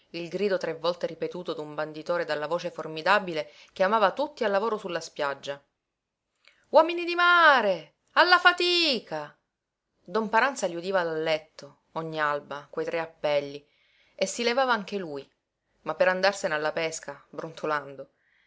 il grido tre volte ripetuto d'un banditore dalla voce formidabile chiamava tutti al lavoro sulla spiaggia uomini di mare alla fatica don paranza li udiva dal letto ogni alba quei tre appelli e si levava anche lui ma per andarsene alla pesca brontolando